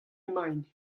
emaint